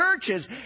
churches